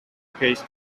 pays